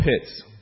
pits